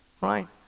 right